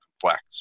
complex